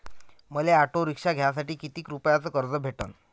मले auto rickshaw घ्यासाठी कितीक रुपयाच कर्ज भेटनं?